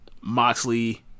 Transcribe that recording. Moxley